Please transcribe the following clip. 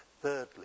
thirdly